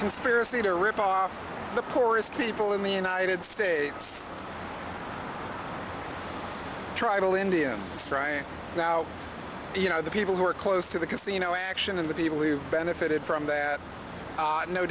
conspiracy to rip off the poorest people in the united states tribal india it's right now you know the people who are close to the casino action and the people who benefited from that